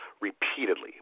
repeatedly